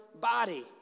body